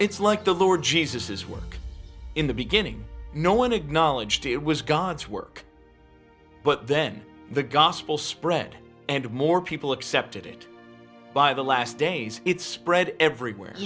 it's like the lord jesus his work in the beginning no one acknowledged it was god's work but then the gospel spread and more people accepted it by the last days it spread everywhere